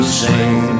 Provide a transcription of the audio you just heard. sing